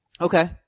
Okay